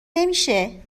نمیشه